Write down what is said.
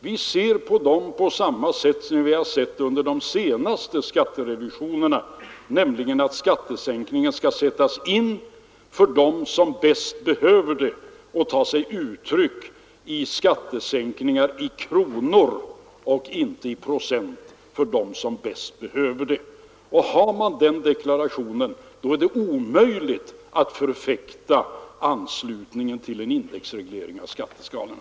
Vi ser på dem på samma sätt som vi har gjort vid de senaste skatterevisionerna, nämligen att skattesänkningen skall sättas in för dem som bäst behöver det och ta sig uttryck i skattesänkning i kronor och inte i procent. Har man gjort den deklarationen, så är det omöjligt 114 att förfäkta anslutning till indexreglering av skatteskalorna.